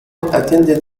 attended